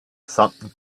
gesamten